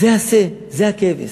זה השה, זה הכבש.